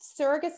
Surrogacy